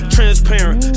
Transparent